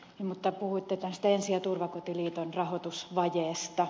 mutta puhuitte tästä ensi ja turvakotien liiton rahoitusvajeesta